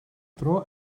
dro